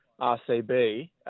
RCB